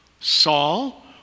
Saul